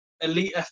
Elite